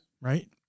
Right